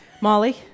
Molly